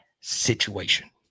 Situation